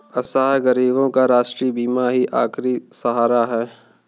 असहाय गरीबों का राष्ट्रीय बीमा ही आखिरी सहारा है